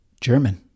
German